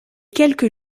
quelques